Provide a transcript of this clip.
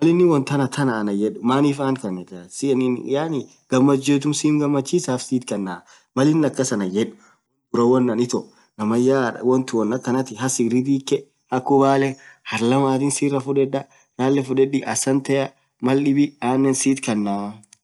malininin woan tanaa anan yedd maanif ant kanitaa edee gafeed, yaanii sim gamachisaaf siit kaanaa anan yeed namayaa haridhikee hark lamanin siraa fudedaa, rale fudedi asantea anen mal dibii siit kanaa.